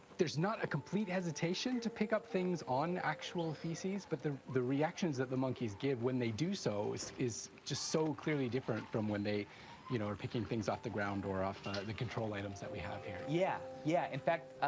there's not a complete hesitation to pick up things on actual feces but the the reactions that the monkeys give when they do so is is just so clearly different than when they you know are picking things off the ground or off the control items that they have here. yeah, yeah, in fact,